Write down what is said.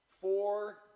four